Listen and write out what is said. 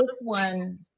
one